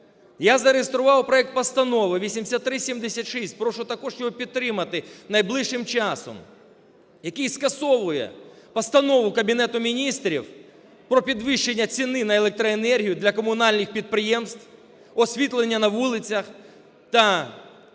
Я зареєстрував проект Постанови 8376, прошу також його підтримати найближчим часом, який скасовує Постанову Кабінету Міністрів про підвищення ціни на електроенергію для комунальних підприємств, освітлення на вулицях та наших